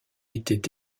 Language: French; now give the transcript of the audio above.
étaient